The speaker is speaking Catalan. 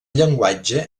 llenguatge